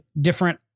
different